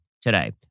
today